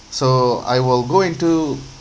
so I will go into